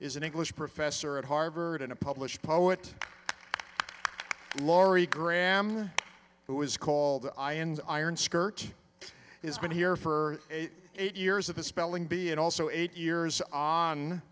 is an english professor at harvard and a published poet laurie graham who is call the eye and iron skirt has been here for eight years of a spelling bee and also eight years on